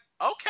okay